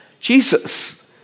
Jesus